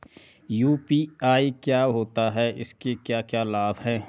UPI क्या होता है इसके क्या क्या लाभ हैं?